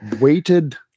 weighted